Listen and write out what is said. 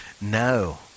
No